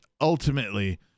ultimately